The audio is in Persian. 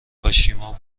کاشیما